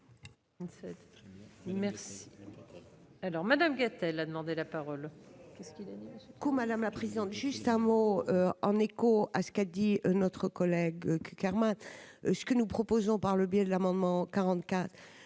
Merci, alors Madame Catala, demandé la parole